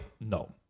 no